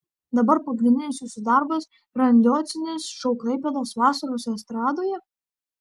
dabar pagrindinis jūsų darbas grandiozinis šou klaipėdos vasaros estradoje